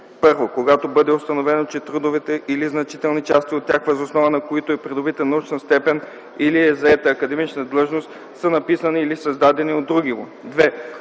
1. когато бъде установено, че трудовете или значителни части от тях, въз основа на които е придобита научна степен или е заета академична длъжност, са написани или създадени от другиго;